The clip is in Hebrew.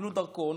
קיבלו דרכון,